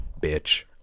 bitch